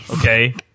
okay